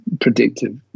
predictive